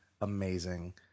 amazing